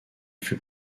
fut